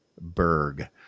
Berg